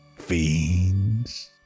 Fiends